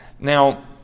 Now